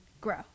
grow